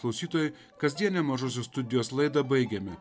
klausytojai kasdienę mažosios studijos laidą baigiame